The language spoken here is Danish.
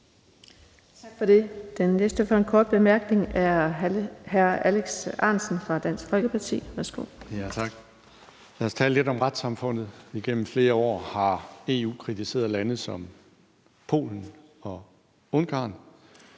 Tak for det. Den næste med en kort bemærkning er hr. Alex Ahrendtsen fra Dansk Folkeparti. Værsgo. Kl. 18:15 Alex Ahrendtsen (DF): Tak. Lad os tale lidt om retssamfundet. Igennem flere år har EU kritiseret lande som Polen og Ungarn